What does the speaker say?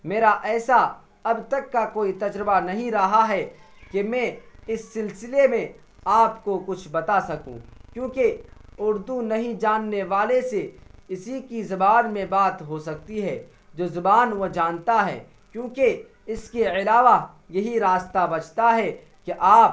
میرا ایسا اب تک کا کوئی تجربہ نہیں رہا ہے کہ میں اس سلسلہ میں آپ کو کچھ بتا سکوں کیونکہ اردو نہیں جاننے والے سے کسے کی زبان میں بات ہو سکتی ہے جو زبان وہ جانتا ہے کیونکہ اس کے علاوہ یہی راستہ بچتا ہے کہ آپ